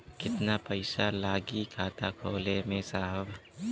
कितना पइसा लागि खाता खोले में साहब?